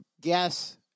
guess